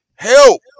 help